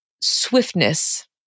swiftness